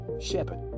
shepherd